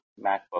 MacBook